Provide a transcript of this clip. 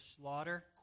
slaughter